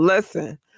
Listen